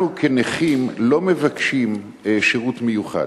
אנחנו כנכים לא מבקשים שירות מיוחד.